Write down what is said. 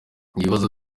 ibibazo